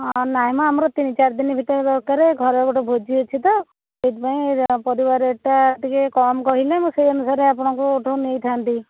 ଆ ନାଇଁ ମ ଆମର ତିନି ଚାରି ଦିନ ଭିତରେ ଦରକାର ଘରେ ଗୋଟେ ଭୋଜି ଅଛି ତ ସେଇଥିପାଇଁ ପରିବା ରେଟ୍ଟା ଟିକିଏ କମ କହିଲେ ମୁଁ ସେହି ଅନୁସାରେ ଆପଣଙ୍କ ଠୁ ନେଇଥାନ୍ତି